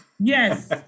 Yes